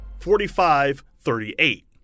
45-38